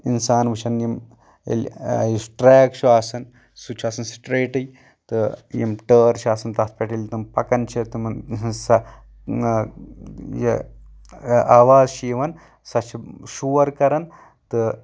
اِنسان وُچھان یِم ییٚلہِ یُس ٹریک چھُ آسان سُہ چھُ آسان سٹریٹے تہٕ یِم ٹٲر چھِ آسان تَتھ پٮ۪ٹھ ییٚلہِ تم پکان چھِ تمن ہٕنٛز سۄ یہِ آواز چھِ یِوان سۄ چھِ شور کران تہٕ